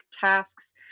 tasks